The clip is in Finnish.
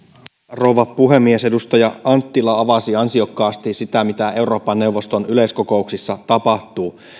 rouva puhemies edustaja anttila avasi ansiokkaasti sitä mitä euroopan neuvoston yleiskokouksissa tapahtuu